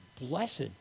blessed